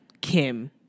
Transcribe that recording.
Kim